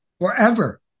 Forever